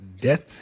death